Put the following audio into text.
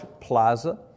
plaza